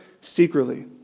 secretly